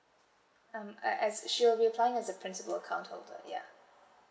um I I s~ she will be applying as a principal account holder ya